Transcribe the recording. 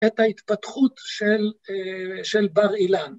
‫את ההתפתחות של בר אילן.